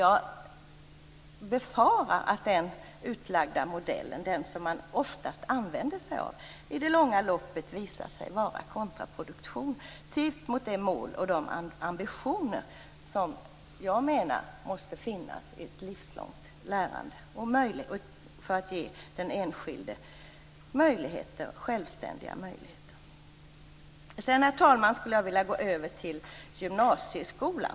Jag befarar att den utlagda modellen, den som man oftast använder sig av, i det långa loppet visar sig vara kontraproduktiv mot de mål och de ambitioner som jag menar måste finnas i ett livslångt lärande för att ge den enskilda självständiga möjligheter. Herr talman! Jag vill så gå över till gymnasieskolan.